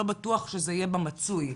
לא בטוח שזה יהיה במצוי,